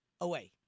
away